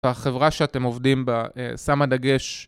החברה שאתם עובדים בה שמה דגש